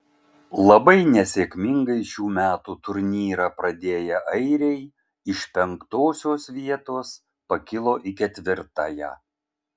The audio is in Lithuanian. labai nesėkmingai šių metų turnyrą pradėję airiai iš penktosios vietos pakilo į ketvirtąją